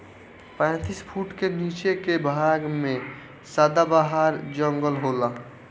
पैतीस फुट के नीचे के भाग में सदाबहार जंगल होला